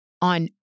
on